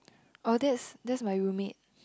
oh that's that's my roommate